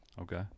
Okay